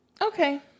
Okay